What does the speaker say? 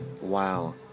Wow